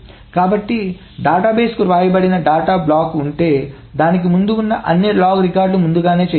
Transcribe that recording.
కాబట్టి డేటాబేస్కు వ్రాయబడిన డేటా బ్లాక్ ఉంటే దానికి ముందు ఉన్న అన్ని లాగ్ రికార్డులు ముందుగానే చేయాలి